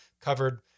covered